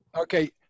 Okay